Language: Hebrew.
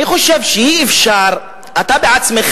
אני חושב שאי-אפשר, אתה עצמך